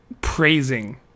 praising